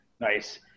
Nice